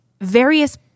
various